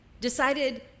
decided